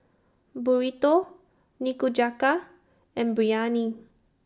Burrito Nikujaga and Biryani